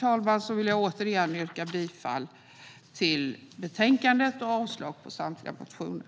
Med detta sagt vill jag återigen yrka bifall till förslaget i betänkandet och avslag på samtliga motioner.